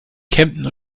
kempten